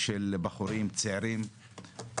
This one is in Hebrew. בחורים צעירים,